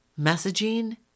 Messaging